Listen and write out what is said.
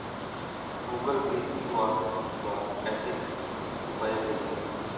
Google Pay QR द्वारा कैसे रूपए भेजें?